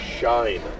shine